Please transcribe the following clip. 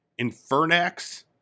Infernax